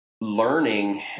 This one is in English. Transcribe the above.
learning